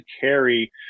carry